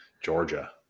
Georgia